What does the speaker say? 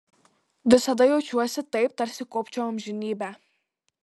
visada jaučiuosi taip tarsi kopčiau amžinybę